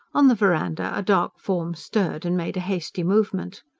on the verandah a dark form stirred and made a hasty movement.